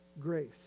grace